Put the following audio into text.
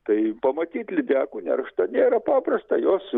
tai pamatyt lydekų nerštą nėra paprasta jos